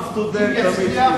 אם יצליח,